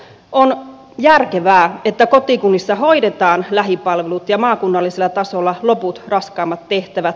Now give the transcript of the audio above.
on järkevää että kotikunnissa hoidetaan lähipalvelut ja maakunnallisella tasolla loput raskaimmat tehtävät